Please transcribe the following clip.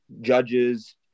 judges